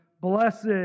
blessed